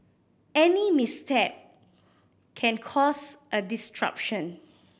any misstep can cause a disruption